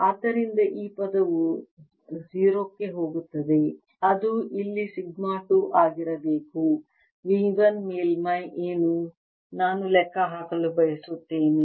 ಆದ್ದರಿಂದ ಈ ಪದವು 0 ಕ್ಕೆ ಹೋಗುತ್ತದೆ ಇದು ಇಲ್ಲಿ ಸಿಗ್ಮಾ 2 ಆಗಿರಬೇಕು V 1 ಮೇಲ್ಮೈ ಏನು ನಾನು ಲೆಕ್ಕಹಾಕಲು ಬಯಸುತ್ತೇನೆ